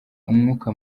umwuka